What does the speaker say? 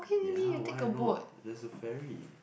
ya why not there's a ferry